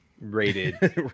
rated